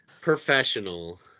professional